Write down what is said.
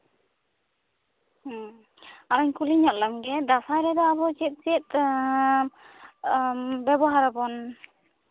ᱟᱨᱤᱧ ᱠᱩᱞᱤ ᱧᱚᱜ ᱞᱟᱢᱜᱮ ᱫᱟᱸᱥᱟᱭ ᱨᱮᱫᱚ ᱟᱵᱚ ᱪᱮᱫ ᱪᱮᱫ ᱟᱵᱚ ᱵᱮᱵᱚᱦᱟᱨ ᱟᱵᱚᱱ